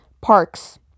parks